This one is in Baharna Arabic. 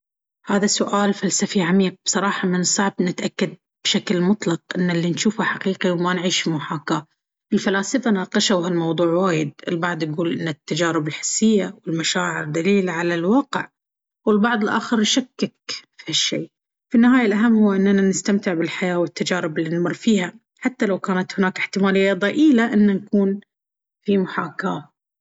هذا سؤال فلسفي عميق! بصراحة، من الصعب نتأكد بشكل مطلق إن اللي نجوفه حقيقي وما نعيش في محاكاة. الفلاسفة ناقشوا هالموضوع وايد. البعض يقول إن التجارب الحسية والمشاعر دليل على الواقع، والبعض الآخر يشكك في هالشي. في النهاية، الأهم هو إننا نستمتع بالحياة والتجارب اللي نمر فيها، حتى لو كانت هناك احتمالية ضئيلة إننا نكون في محاكاة.